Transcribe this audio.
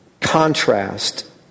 contrast